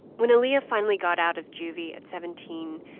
when aaliyah finally got out of juvy at seventeen,